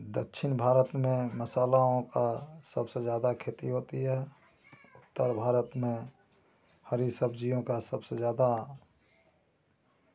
दक्षिण भारत में मसालों का सबसे ज़्यादा खेती होती है उत्तर भारत में हरी सब्ज़ियों का सबसे ज़्यादा